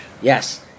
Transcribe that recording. Yes